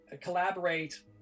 collaborate